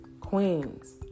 queens